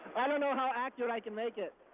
i don't know how accurate i can make it.